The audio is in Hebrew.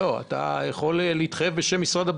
אתה יכול להתחייב בשם משרד הבריאות,